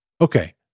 Okay